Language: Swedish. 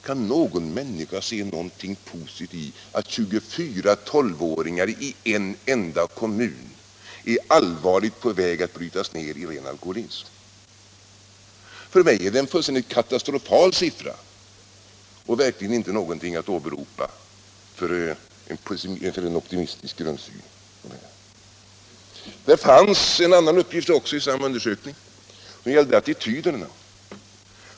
Kan någon människa se något positivt i att 24 12-åringar i en enda kommun är allvarligt på väg att brytas ned i alkoholism? För mig är det en fullständigt katastrofal siffra och verkligen inte något att åberopa för en optimistisk grundsyn. I samma undersökning fanns också en annan uppgift, som gällde attityderna.